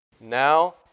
Now